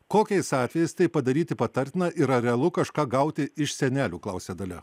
kokiais atvejais tai padaryti patartina yra realu kažką gauti iš senelių klausia dalia